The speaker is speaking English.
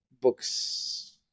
books